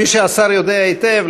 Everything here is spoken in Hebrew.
כפי שהשר יודע היטב,